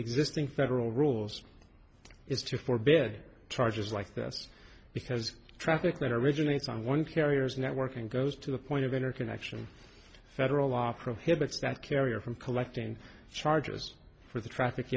existing federal rules is true for bed charges like this because traffic that originates on one carriers network and goes to the point of interconnection federal law prohibits that carrier from collecting charges for the traffic